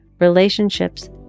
relationships